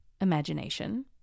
imagination